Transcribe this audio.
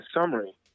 summary